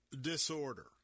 disorder